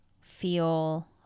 feel